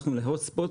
הלכנו ל-Hot spots: